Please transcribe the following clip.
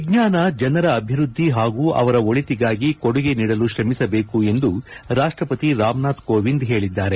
ವಿಜ್ಞಾನ ಜನರ ಅಭಿವ್ಬದ್ದಿ ಹಾಗೂ ಅವರ ಒಳಿತಿಗಾಗಿ ಕೊಡುಗೆ ನೀಡಲು ಶ್ರಮಿಸಬೇಕು ಎಂದು ರಾಷ್ಷಪತಿ ರಾಮನಾಥ್ ಕೋವಿಂದ್ ಹೇಳಿದ್ದಾರೆ